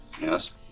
Yes